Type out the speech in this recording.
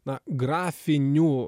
na grafinių